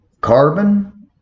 carbon